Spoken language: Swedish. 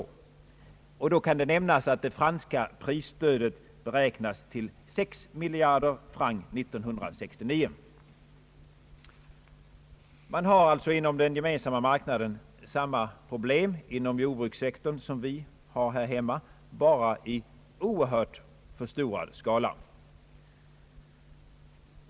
Det kan nämnas att det franska prisstödet beräknas till sex miljarder francs 1969. Den gemensamma marknaden har alltså samma problem inom jordbrukssektorn som vi har här hemma, bara i oerhört förstorad skala.